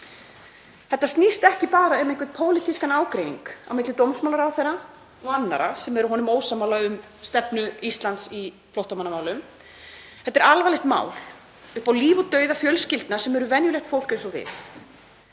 Þetta snýst ekki bara um einhvern pólitískan ágreining á milli hæstv. dómsmálaráðherra og annarra sem eru honum ósammála um stefnu Íslands í flóttamannamálum. Þetta er alvarlegt mál upp á líf og dauða fjölskyldna sem eru venjulegt fólk eins og við.